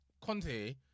Conte